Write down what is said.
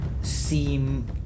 seem